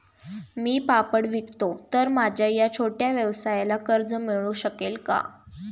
मी पापड विकतो तर माझ्या या छोट्या व्यवसायाला कर्ज मिळू शकेल का?